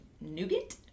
nougat